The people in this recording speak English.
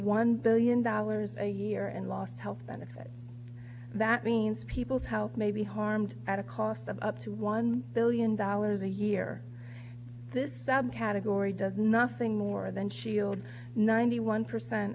one billion dollars a year and lost health benefit that means people's health may be harmed at a cost of up to one billion dollars a year this subcategory does nothing more than shield ninety one percent